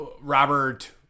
Robert